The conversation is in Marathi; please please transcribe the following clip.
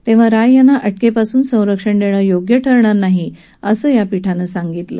तेव्हा राय यांना अटकेपासून संरक्षण देणं योग्य ठरणार नाही असं खंडपीठानं सांगितलं